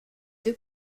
deux